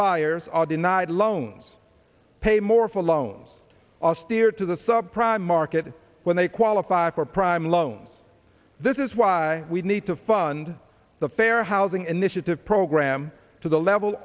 buyers are denied loans to pay more for loans austere to the subprime market when they qualify for prime loans this is why we need to fund the fair housing initiative program to the level